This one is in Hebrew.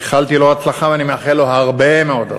איחלתי לו הצלחה ואני מאחל לו הרבה מאוד הצלחה.